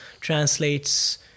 translates